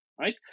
right